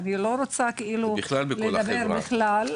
אני לא רוצה לדבר על בכלל,